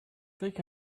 take